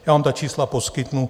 Já vám ta čísla poskytnu.